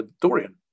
Dorian